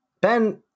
Ben